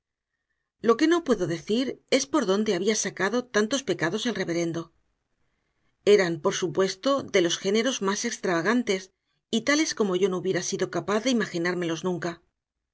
lo que no puedo decir es por dónde había sacado tantos pecados el reverendo eran por supuesto de los géneros más extravagantes y tales como yo no hubiera sido capaz de imaginármelos nunca